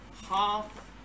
half